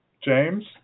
James